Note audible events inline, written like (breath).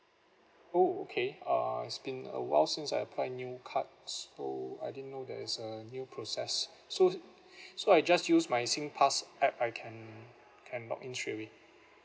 oh okay uh it's been a while since I apply new card so I didn't know there is a new process so (breath) so I just use my Singpass app I can can login straight away